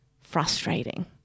frustrating